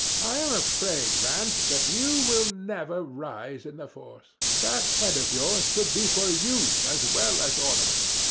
i am afraid, rance, that you will never rise in the force. that head of yours should be for use as well as ornament.